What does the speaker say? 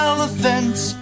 Elephants